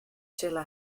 sille